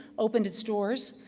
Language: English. opened its doors,